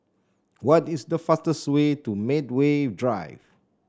what is the fastest way to Medway Drive